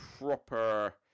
proper